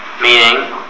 Meaning